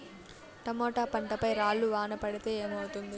Tomato పంట పై రాళ్లు వాన పడితే ఏమవుతుంది?